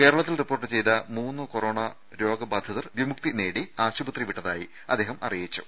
കേരളത്തിൽ റിപ്പോർട്ട് ചെയ്ത മൂന്ന് കൊറോണാ രോഗബാധിതർ വിമുക്തി നേടി ആശുപത്രി വിട്ടതായി അദ്ദേഹം അറിയിച്ചു